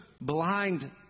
blind